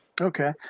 Okay